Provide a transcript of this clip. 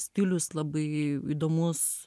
stilius labai įdomus